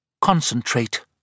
Concentrate